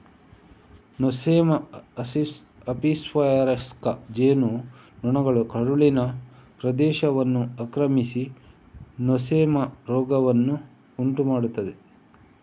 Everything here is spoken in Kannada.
ನೊಸೆಮಾ ಆಪಿಸ್ವಯಸ್ಕ ಜೇನು ನೊಣಗಳ ಕರುಳಿನ ಪ್ರದೇಶವನ್ನು ಆಕ್ರಮಿಸಿ ನೊಸೆಮಾ ರೋಗವನ್ನು ಉಂಟು ಮಾಡ್ತದೆ